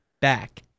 back